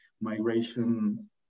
migration